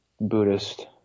buddhist